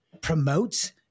promotes